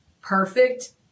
perfect